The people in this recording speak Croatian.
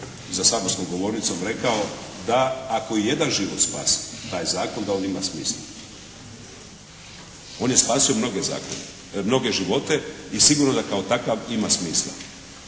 za saborskom govornicom rekao da ako i jedan život spasi taj Zakon da on ima smisla. On je spasio mnoge živote i sigurno da kao takav ima smisla.